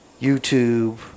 YouTube